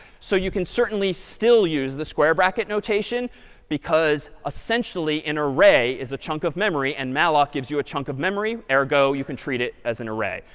so you can certainly still use the square bracket notation because essentially an array is a chunk of memory. and malloc gives you a chunk of memory, ergo you can treat it as an array.